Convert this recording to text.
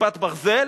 "כיפת ברזל"?